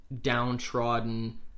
downtrodden